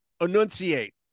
enunciate